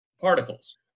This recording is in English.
particles